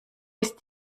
ist